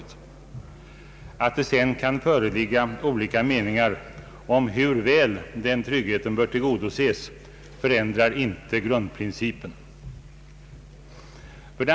Jag vill ändå något beröra frågan.